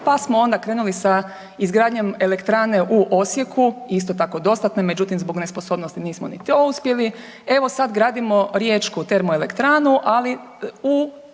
pa smo onda krenuli sa izgradnjom elektrane u Osijeku, isto tako dostatno je, međutim zbog nesposobnosti nismo ni to uspjeli, evo sad gradimo riječku termoelektranu, ali u